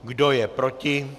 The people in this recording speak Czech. Kdo je proti?